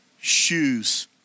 shoes